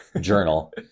journal